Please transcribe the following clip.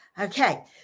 Okay